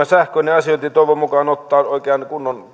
sähköinen asiointi toivon mukaan ottaa oikein